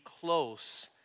close